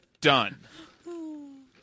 Done